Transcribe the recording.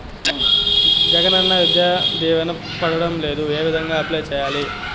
జగనన్న విద్యా దీవెన పడడం లేదు ఏ విధంగా అప్లై సేయాలి